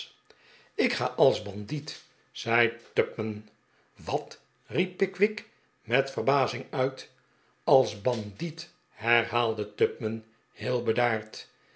ik ga als bandiet zei tupman wat ricp pickwick met verbazing uit ais bandiet herhaalde tupman heel bedaard